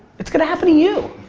it's going to happen to you.